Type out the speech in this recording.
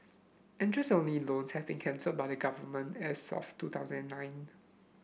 interest only loans have been cancelled by the Government as of two thousand and nine